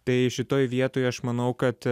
tai šitoj vietoj aš manau kad